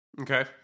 Okay